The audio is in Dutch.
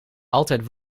altijd